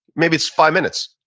maybe it's five minutes.